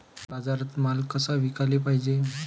बाजारात माल कसा विकाले पायजे?